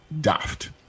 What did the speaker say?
daft